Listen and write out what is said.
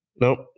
Nope